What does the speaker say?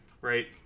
right